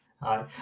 Hi